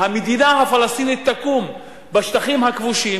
והמדינה הפלסטינית תקום בשטחים הכבושים,